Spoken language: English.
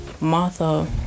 Martha